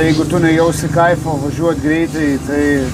jeigu tu nejausi kaifo važiuot greitai tai